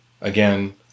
again